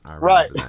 Right